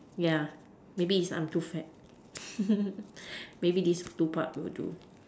ya maybe is I am too fat maybe these two part will do